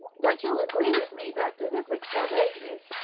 but you'll agree with me that deliberate starvation is,